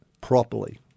properly